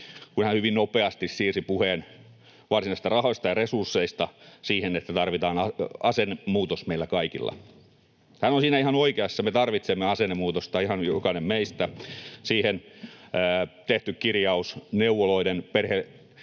kun hän hyvin nopeasti siirsi puheen varsinaisista rahoista ja resursseista siihen, että tarvitaan asennemuutos meiltä kaikilta. Hän on siinä ihan oikeassa. Me tarvitsemme asennemuutosta, ihan jokainen meistä. Siihen on tehty kirjaus neuvoloiden